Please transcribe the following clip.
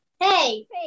Hey